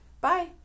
Bye